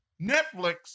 Netflix